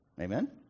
Amen